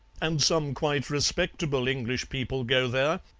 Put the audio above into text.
and some quite respectable english people go there,